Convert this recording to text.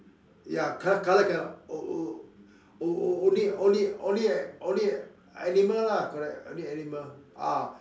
ya co~ color cannot o~ only only only only at only animal lah correct only animal ah